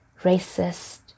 racist